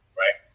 right